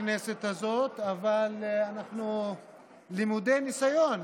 בכנסת הזאת, אבל אנחנו למודי ניסיון.